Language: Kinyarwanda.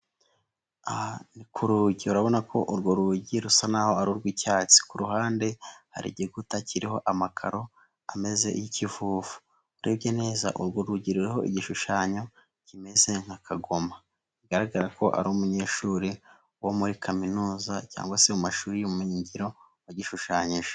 Ku rugi urabona ko urwo rugi rusa n'aho ari urw'icyatsi, ku ruhande hari igikuta kiriho amakaro ameze y'ikivuvu, urebye neza urwo rugi ruriho igishushanyo kimeze nka kagoma, bigaragara ko ari umunyeshuri wo muri kaminuza cyangwa se mu mashuri y'ubumenyingiro wagishushanyije.